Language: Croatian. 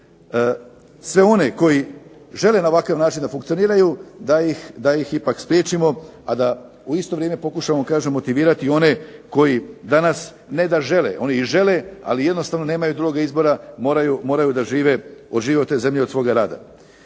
sve one koji žele na ovakav način da funkcioniraju da ih ipak spriječimo, a da u isto vrijeme pokušamo kažem motivirati i one koji danas ne da žele, oni žele, ali jednostavno nemaju drugog izbora moraju da žive od životne zemlje i od svoga rada.